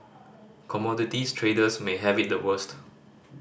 commodities traders may have it the worst